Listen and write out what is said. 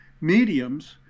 mediums